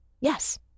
Yes